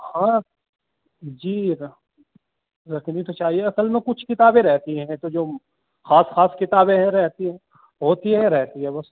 اور جی رکھ رکھنی تو چاہیے اصل میں کچھ کتابیں رہتی ہیں ایسے جو خاص خاص کتابیں ہیں رہتی ہیں ہوتی ہیں رہتی ہیں بس